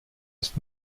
ist